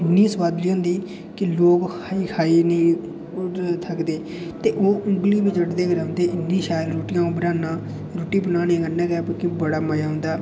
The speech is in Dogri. इ'न्नी सोआदली होंदी की लोग खाई खाई नी थकदे ते ओह् उंगली बी चटदे रौंह्दे बड़ी शैल रुट्टी अं'ऊ बनाना रुट्टी बनाने कन्नै गै मिगी बड़ा मज़ा औंदा